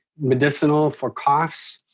medicinal for coughs.